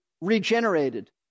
regenerated